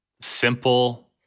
Simple